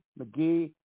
McGee